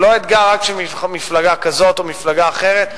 והוא לא אתגר של מפלגה כזאת או מפלגה אחרת.